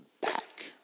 back